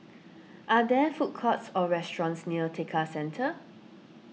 are there food courts or restaurants near Tekka Centre